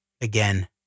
again